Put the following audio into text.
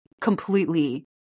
completely